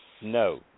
No